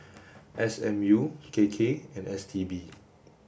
S M U K K and S T B